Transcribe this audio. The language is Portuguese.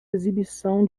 exibição